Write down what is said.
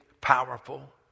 powerful